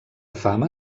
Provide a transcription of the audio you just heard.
fama